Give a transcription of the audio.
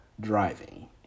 driving